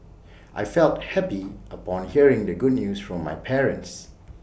I felt happy upon hearing the good news from my parents